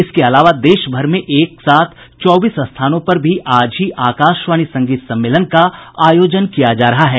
इसके अलावा देश भर में एक साथ चौबीस स्थानों पर भी आज ही आकाशवाणी संगीत सम्मेलन का आयोजन किया जा रहा है